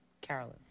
Carolyn